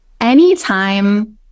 anytime